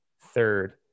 third